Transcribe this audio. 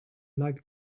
life